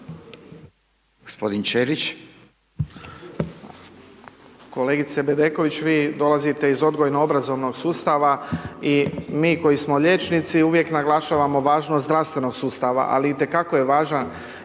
Ivan (HDZ)** Kolegice Bedeković, vi dolazite iz odgojno obrazovnog sustava i mi koji smo liječnici, uvijek naglašavamo važnost zdravstvenog sustava, ali itekako je važan